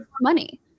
money